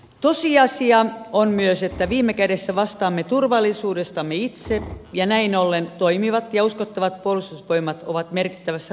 tosiasia on myös että viime kädessä vastaamme turvallisuudestamme itse ja näin ollen toimivat ja uskottavat puolustusvoimat ovat merkittävässä roolissa